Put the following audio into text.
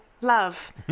love